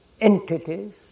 entities